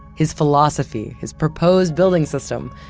his philosophy, his proposed building system,